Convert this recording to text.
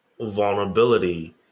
vulnerability